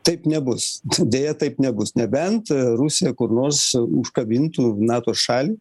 taip nebus deja taip nebus nebent rusija kur nors užkabintų nato šalį